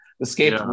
escape